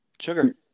Sugar